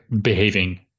behaving